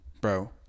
Bro